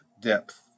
depth